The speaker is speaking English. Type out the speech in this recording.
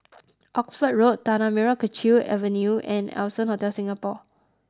Oxford Road Tanah Merah Kechil Avenue and Allson Hotel Singapore